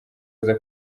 aza